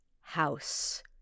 house